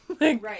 right